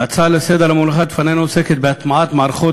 ההצעה לסדר-היום המונחת בפנינו עוסקת בהטמעת מערכות